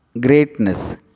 Greatness